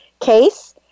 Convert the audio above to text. case